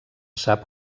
sap